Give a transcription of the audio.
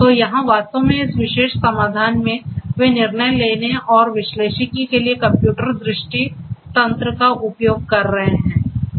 तो यहाँ वास्तव में इस विशेष समाधान मे वे निर्णय लेने और विश्लेषिकी के लिए कंप्यूटर दृष्टि तंत्र का उपयोग कर रहे हैं